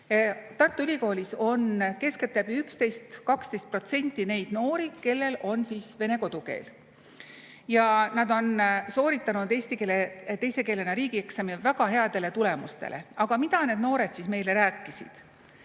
Tartu Ülikoolis on keskeltläbi 11–12% neid noori, kellel on vene kodukeel, ja nad on sooritanud eesti keele teise keelena riigieksami väga headele tulemustele. Aga mida need noored siis meile rääkisid?